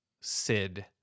Sid